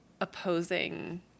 opposing